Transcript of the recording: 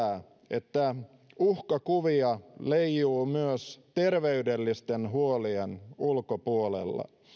että uhkakuvia leijuu myös terveydellisten huolien ulkopuolella